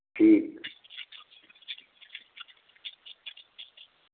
ठीक है